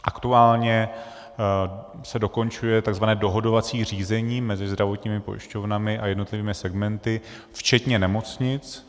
Aktuálně se dokončuje tzv. dohodovací řízení mezi zdravotními pojišťovnami a jednotlivými segmenty, včetně nemocnic.